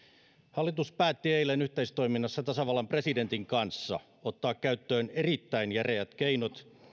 hallitus päätti eilen yhteistoiminnassa tasavallan presidentin kanssa ottaa käyttöön erittäin järeät keinot